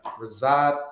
reside